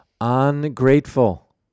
Ungrateful